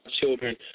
children